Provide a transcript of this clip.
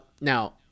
Now